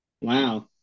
Wow